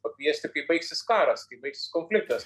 pakviesti kai baigsis karas kai baigsis konfliktas